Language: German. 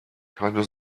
keine